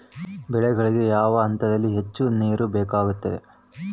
ಬೆಳೆಗಳಿಗೆ ಯಾವ ಹಂತದಲ್ಲಿ ಹೆಚ್ಚು ನೇರು ಬೇಕಾಗುತ್ತದೆ?